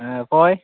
ᱦᱮᱸ ᱚᱠᱚᱭ